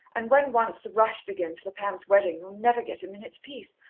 and when once the rush begins for pam's wedding, you'll never get a minute's peace.